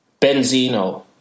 Benzino